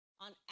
on